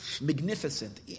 magnificent